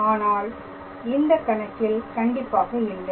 ஆனால் இந்தக் கணக்கில் கண்டிப்பாக இல்லை